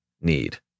need